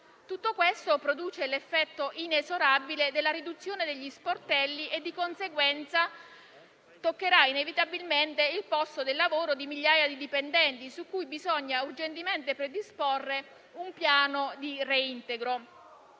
Tutto ciò produce l'effetto inesorabile della riduzione degli sportelli e, di conseguenza, toccherà inevitabilmente il posto di lavoro di migliaia di dipendenti, su cui bisogna urgentemente predisporre un piano di reintegro.